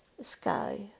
sky